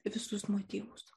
visus motyvus